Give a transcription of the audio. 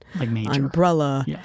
umbrella